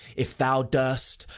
if thou dar'st,